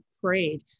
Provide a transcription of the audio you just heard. prayed